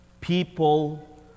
people